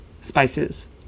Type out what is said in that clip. spices